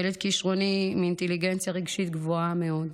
ילד כישרוני עם אינטליגנציה רגשית גבוהה מאוד,